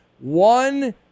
One